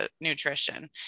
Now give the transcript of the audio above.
nutrition